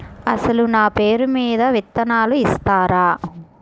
అసలు నా పేరు మీద విత్తనాలు ఇస్తారా?